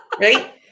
Right